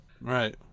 Right